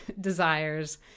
desires